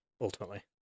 ultimately